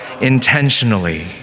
intentionally